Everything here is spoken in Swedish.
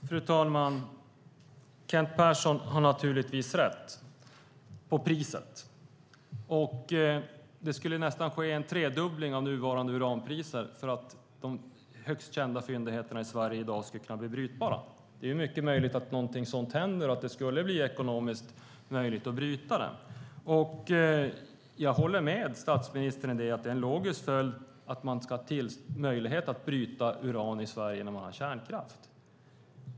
Fru talman! Kent Persson har naturligtvis rätt om priset. Det skulle nästan ske en tredubbling av nuvarande uranpriser för att de största kända fyndigheterna i Sverige i dag skulle kunna bli brytbara. Det är mycket möjligt att någonting sådant händer och att det skulle bli ekonomiskt möjligt att bryta det. Jag håller med statsministern om att det är en logisk följd att man ska ha möjlighet att bryta uran i Sverige när man har kärnkraft.